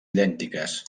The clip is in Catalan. idèntiques